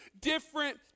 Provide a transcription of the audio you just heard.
different